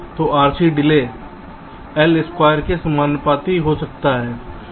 तो RC delay L square के समानुपाती हो जाता है